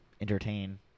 entertain